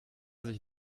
sich